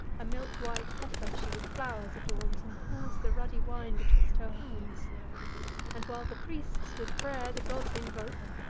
a milk-white heifer she with flow'rs adorns, and pours the ruddy wine betwixt her horns and, while the priests with pray'r the gods invoke,